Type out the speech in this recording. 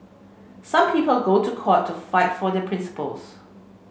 some people go to court to fight for their principles